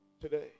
today